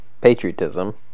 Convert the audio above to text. patriotism